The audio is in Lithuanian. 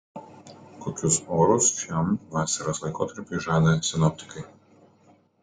kokius orus šiam vasaros laikotarpiui žada sinoptikai